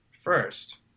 First